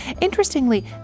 Interestingly